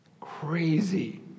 Crazy